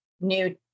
new